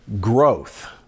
growth